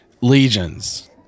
legions